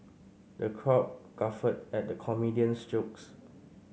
the crowd guffawed at the comedian's jokes